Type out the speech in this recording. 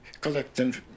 collecting